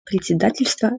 председательства